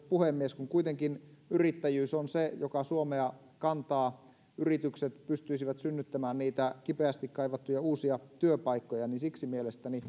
puhemies kun kuitenkin yrittäjyys on se joka suomea kantaa ja yritykset pystyisivät synnyttämään niitä kipeästi kaivattuja uusia työpaikkoja niin mielestäni